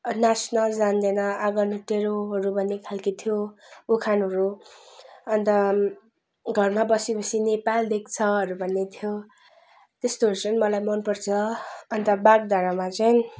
नाच्न जान्दैन आँगन टेडोहरू भन्ने खाले थियो उखानहरू अन्त घरमा बसी बसी नेपाल देख्छहरू भन्ने थियो त्यस्तोहरू चाहिँ मलाई मन पर्छ अन्त वाग्धारामा चाहिँ